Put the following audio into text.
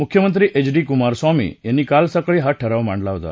मुख्यमंत्री H D Kumaraswamy यांनी काल सकाळी हा ठराव मांडला होता